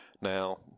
Now